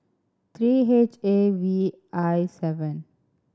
three H A V I seven